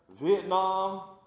Vietnam